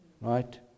right